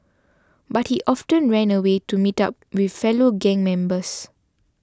but he often ran away to meet up with fellow gang members